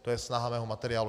To je snaha mého materiálu.